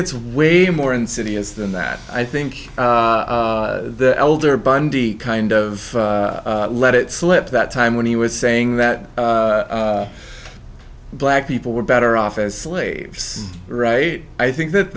it's way more insidious than that i think the elder bundy kind of let it slip that time when he was saying that black people were better off as slaves right i think that